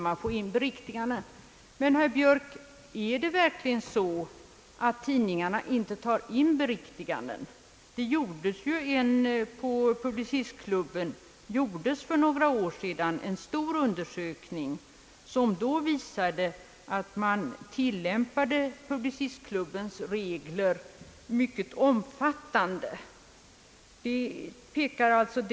Men, herr Björk, är det verkligen så att tidningarna inte tar in beriktiganden? Inom Publicistklubben gjordes för några år sedan en stor undersökning, som visade att Publicistklubbens regler tillämpades i mycket stor utsträckning.